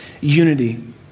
unity